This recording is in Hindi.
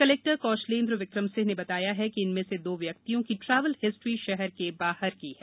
कलेक्टर कौशलेंद्र विक्रम सिंह ने बताया है कि इनमें से दो व्यक्तियों की ट्रैवल हिस्ट्री शहर के बाहर की है